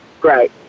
Great